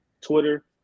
Twitter